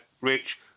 Rich